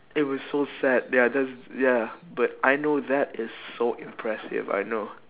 it was so sad they are just ya but I know that is so impressive I know